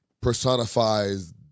personifies